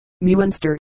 Muenster